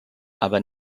aber